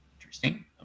Interesting